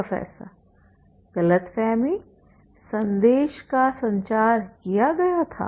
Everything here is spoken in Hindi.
प्रोफेसर गलतफहमी संदेश का संचार किया गया था